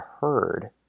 heard